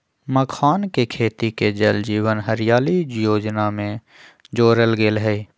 मखानके खेती के जल जीवन हरियाली जोजना में जोरल गेल हई